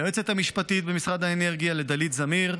ליועצת המשפטית במשרד האנרגיה דלית זמיר,